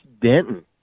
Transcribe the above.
Denton